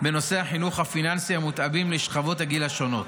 בנושא החינוך הפיננסי המותאמים לשכבות הגיל השונות